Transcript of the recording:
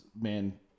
man